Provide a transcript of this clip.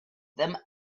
them